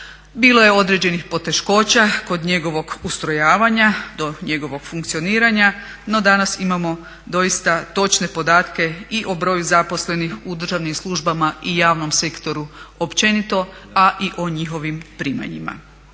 Bilo je određenih poteškoća kod njegovog ustrojavanja do njegovog funkcioniranja no danas imamo doista točne podatke i o broju zaposlenih u državnim službama i javnom sektoru općenito a i o njihovim primanjima.